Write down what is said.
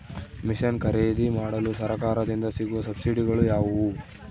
Mission ಖರೇದಿಮಾಡಲು ಸರಕಾರದಿಂದ ಸಿಗುವ ಸಬ್ಸಿಡಿಗಳು ಯಾವುವು?